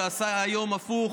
ועשה היום הפוך,